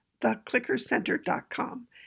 theclickercenter.com